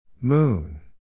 Moon